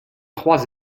trois